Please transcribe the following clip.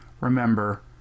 Remember